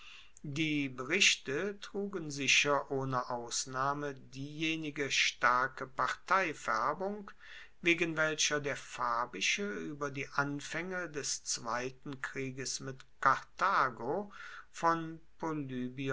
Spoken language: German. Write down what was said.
die berichte trugen sicher ohne ausnahme diejenige starke parteifaerbung wegen welcher der fabische ueber die anfaenge des zweiten krieges mit karthago von